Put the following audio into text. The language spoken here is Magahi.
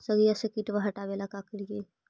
सगिया से किटवा हाटाबेला का कारिये?